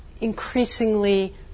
increasingly